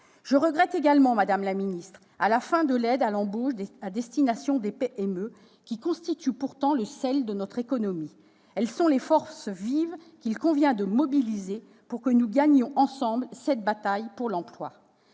Je regrette également, madame la ministre, la fin de l'aide à l'embauche à destination des PME, qui constituent pourtant le sel de notre économie, les forces vives qu'il convient de mobiliser si nous voulons gagner ensemble cette bataille pour l'emploi.